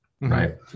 right